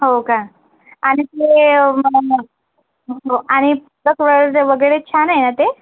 हो का आणि ते आणि वगैरे छान आहे न ते